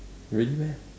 really meh